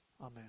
Amen